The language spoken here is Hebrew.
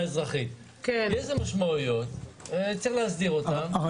אזרחית ויש לזה משמעויות וצריך להסדיר אותן.